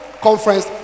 conference